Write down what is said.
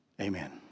Amen